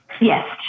Yes